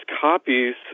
copies